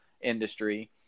industry